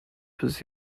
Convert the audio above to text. bis